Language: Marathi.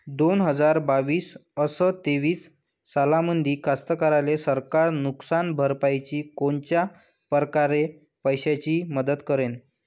दोन हजार बावीस अस तेवीस सालामंदी कास्तकाराइले सरकार नुकसान भरपाईची कोनच्या परकारे पैशाची मदत करेन?